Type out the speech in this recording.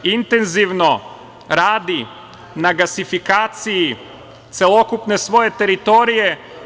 Srbija intenzivno radi na gasifikaciji celokupne svoje teritorije.